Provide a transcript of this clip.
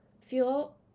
feel